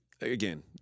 again